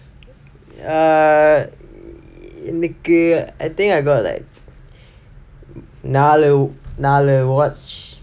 err எனக்கு:enakku I think I got like நாலு நாலு:naalu naalu watch